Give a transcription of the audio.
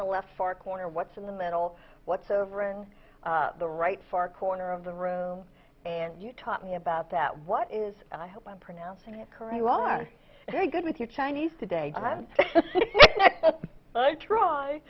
the left far corner what's in the middle what's over in the right far corner of the room and you taught me about that what is i hope i'm pronouncing it correctly are very good with your chinese today